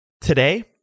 Today